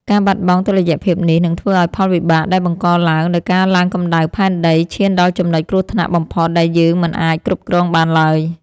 ការបាត់បង់តុល្យភាពនេះ នឹងធ្វើឱ្យផលវិបាកដែលបង្កឡើងដោយការឡើងកម្ដៅផែនដី ឈានដល់ចំណុចគ្រោះថ្នាក់បំផុតដែលយើងមិនអាចគ្រប់គ្រងបានឡើយ។